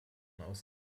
aus